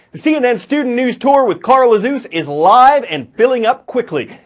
the cnn student news tour with carl azuz is live and filling up quickly.